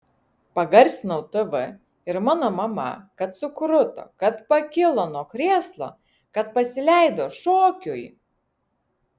pagarsinau tv ir mano mama kad sukruto kad pakilo nuo krėslo kad pasileido šokiui